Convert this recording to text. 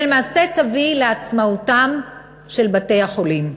שלמעשה תביא לעצמאותם של בתי-החולים.